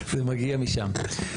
זה מגיע משם.